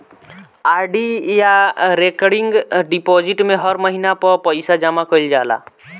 RD या recurring deposit में हर महिना पअ पईसा जमा कईल जाला